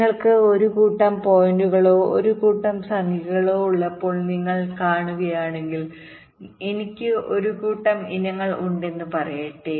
നിങ്ങൾക്ക് ഒരു കൂട്ടം പോയിന്റുകളോ ഒരു കൂട്ടം സംഖ്യകളോ ഉള്ളപ്പോൾ നിങ്ങൾ കാണുകയാണെങ്കിൽ എനിക്ക് ഒരു കൂട്ടം ഇനങ്ങൾ ഉണ്ടെന്ന് പറയട്ടെ